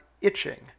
itching